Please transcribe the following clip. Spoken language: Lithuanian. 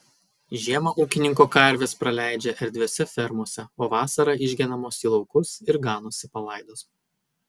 žiemą ūkininko karvės praleidžia erdviose fermose o vasarą išgenamos į laukus ir ganosi palaidos